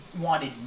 wanted